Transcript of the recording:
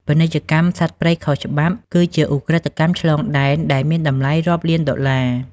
ពាណិជ្ជកម្មសត្វព្រៃខុសច្បាប់គឺជាឧក្រិដ្ឋកម្មឆ្លងដែនដែលមានតម្លៃរាប់លានដុល្លារ។